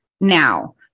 now